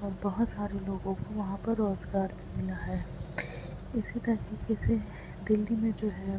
اور بہت سارے لوگوں کو وہاں پر روزگار بھی ملا ہے اسی طریقے سے دلی میں جو ہے